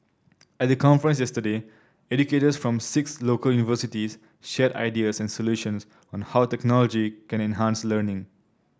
at the conference yesterday educators from six local universities shared ideas and solutions on how technology can enhance learning